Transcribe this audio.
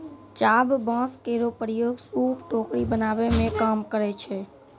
चाभ बांस केरो प्रयोग सूप, टोकरी बनावै मे काम करै छै